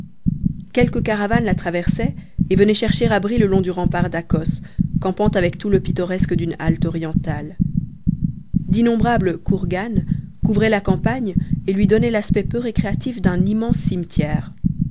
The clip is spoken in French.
quelques caravanes la traversaient et venaient chercher abri le long du rempart d'akos campant avec tout le pittoresque d'une halte orientale d'innombrables khourghans couvraient la campagne et lui donnaient l'aspect peu récréatif d'un immense cimetière